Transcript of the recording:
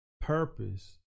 purpose